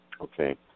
Okay